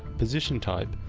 position type,